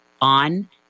On